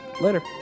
Later